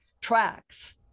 tracks